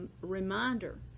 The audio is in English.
reminder